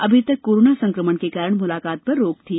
अभी तक कोरोना संकमण के कारण मुलाकात पर रोक थी